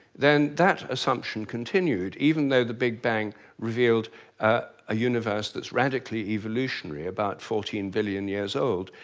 then that assumption continued, even though the big bang revealed a universe that's radically evolutionary, about fourteen billion years old.